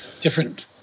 Different